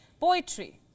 poetry